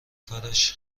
کارش